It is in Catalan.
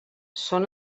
són